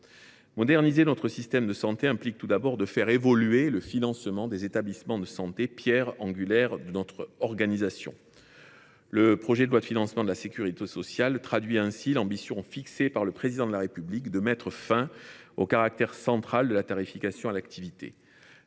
Moderniser notre système de santé implique tout d’abord de faire évoluer le financement des établissements de santé, pierre angulaire de notre organisation. Le projet de loi de financement de la sécurité sociale traduit l’ambition fixée par le Président de la République de mettre fin au caractère central de la tarification à l’activité.